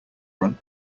run